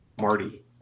marty